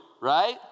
right